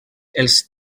els